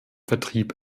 vertrieb